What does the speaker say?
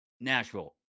Nashville